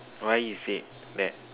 why you say that